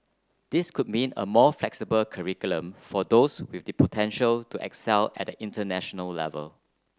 this could mean a more flexible curriculum for those with the potential to excel at the international level